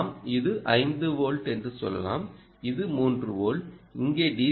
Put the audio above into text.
ஆம் இது 5 வோல்ட் என்று சொல்லலாம் இது 3 வோல்ட் இங்கே டி